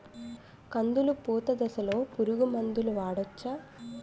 కందులు పూత దశలో పురుగు మందులు వాడవచ్చా?